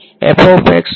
વિદ્યાર્થી V